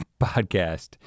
podcast